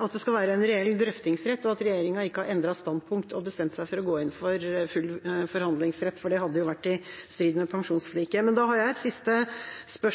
at det skal være en reell drøftingsrett, og at regjeringa ikke har endret standpunkt og bestemt seg for å gå inn for full forhandlingsrett, for det hadde jo vært i strid med pensjonsforliket. Da har jeg et siste spørsmål.